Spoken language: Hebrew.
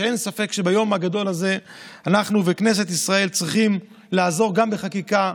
שאין ספק שביום הגדול הזה אנחנו וכנסת ישראל צריכים לעזור גם בחקיקה,